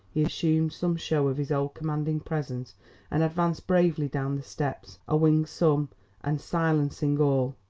he assumed some show of his old commanding presence and advanced bravely down the steps, awing some and silencing all,